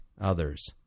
others